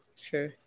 Sure